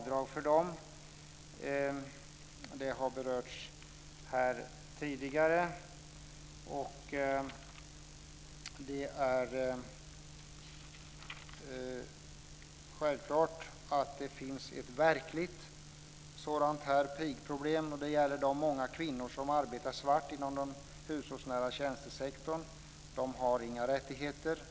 Det har berörts här tidigare. Det finns ett verkligt pigproblem. Det gäller de många kvinnor som arbetar svart inom den hushållsnära tjänstesektorn. De har inga rättigheter.